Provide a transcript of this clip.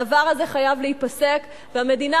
הדבר הזה חייב להיפסק, והמדינה